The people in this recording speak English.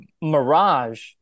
Mirage